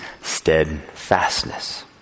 steadfastness